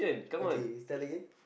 okay is telling in